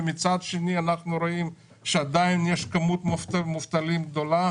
ומצד שני אנחנו רואים שעדיין יש כמות מובטלים גדולה.